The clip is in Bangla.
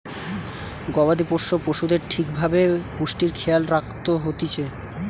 গবাদি পোষ্য পশুদের ঠিক ভাবে পুষ্টির খেয়াল রাখত হতিছে